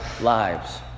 lives